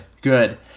good